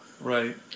right